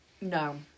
No